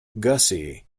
gussie